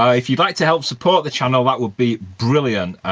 ah if you'd like to help support the channel that would be brilliant,